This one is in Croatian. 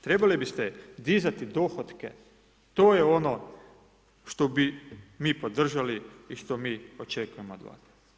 Trebali biste dizati dohotke, to je ono što bi mi podržali i što mi očekujemo od vas.